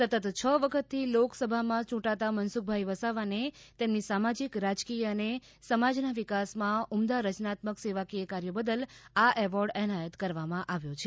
સતત છ વખતથી લોકસભામાં ચૂંટાતા મનસુખભાઇ વસાવાને તેમની સામાજિક રાજકીય અને સમાજના વિકાસમાં ઉમદા રચનાત્મક સેવાકીય કાર્યો બદલ આ એવોર્ડ એનાયત કરવામાં આવ્યો છે